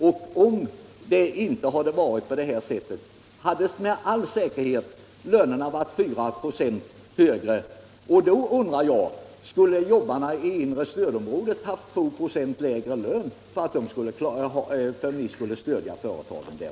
Om det inte hade varit så, hade lönerna med all säkerhet varit 4 96 högre. Skulle jobbarna i det inre stödområdet då ha haft 2 96 lägre lön för att man skulle stödja företagen där?